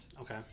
okay